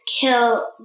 kill